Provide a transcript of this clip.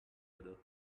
other